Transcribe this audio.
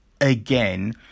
again